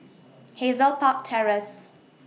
Hazel Park Terrace